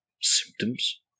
symptoms